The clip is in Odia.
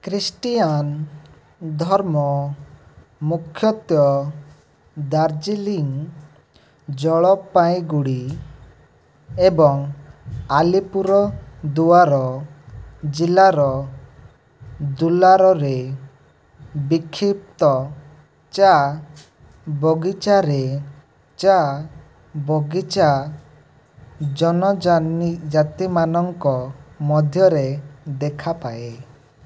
ଖ୍ରୀଷ୍ଟିଆନ୍ ଧର୍ମ ମୁଖ୍ୟତଃ ଦାର୍ଜିଲିଂ ଜଳପାଇଗୁଡ଼ି ଏବଂ ଆଲିପୁରଦୁଆର ଜିଲ୍ଲାର ଦୁଲାରରେ ବିକ୍ଷିପ୍ତ ଚା ବଗିଚାରେ ଚା ବଗିଚା ଜନଜାତିମାନଙ୍କ ମଧ୍ୟରେ ଦେଖାଯାଏ